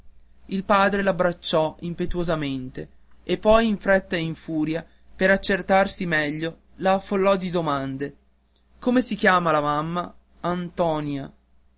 il padre l'abbracciò impetuosamente e poi in fretta e in furia per accertarsi meglio la affollò di domande come si chiama la mamma